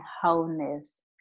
wholeness